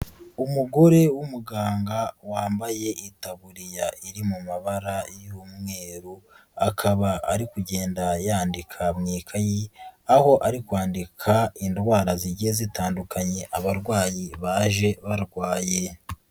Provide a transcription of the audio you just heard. Umugore w'umuganga wambaye itaburiya iri mu mabara y'umweru, akaba ari kugenda yandika mu ikayi, aho ari kwandika indwara zigiye zitandukanye abarwayi baje barwaye.